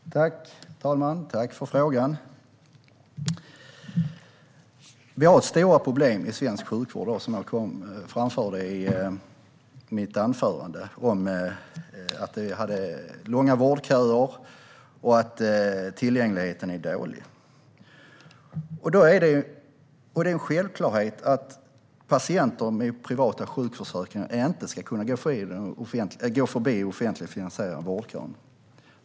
Herr talman! Tack, Anna-Lena Sörenson, för frågan! Vi har stora problem i svensk sjukvård, som jag framförde i mitt anförande. Det är långa vårdköer och tillgängligheten är dålig. Det är en självklarhet att patienter med privata sjukförsäkringar inte ska kunna gå förbi offentligt finansierade vårdköer.